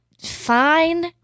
fine